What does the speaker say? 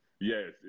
yes